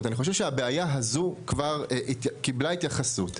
אני חושב שהבעיה הזו כבר קיבלה התייחסות.